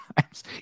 times